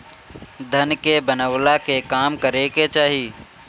धन के बनवला के काम करे के चाही